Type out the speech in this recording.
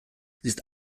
ist